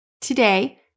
Today